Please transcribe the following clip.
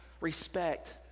respect